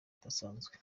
budasanzwe